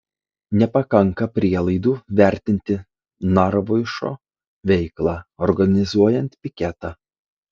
nepakanka prielaidų vertinti narvoišo veiklą organizuojant piketą